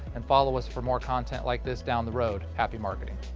and follow us for more content like this down the road. happy marketing.